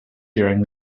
during